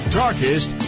darkest